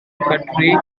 county